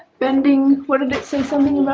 bending what did it say something?